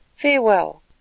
Farewell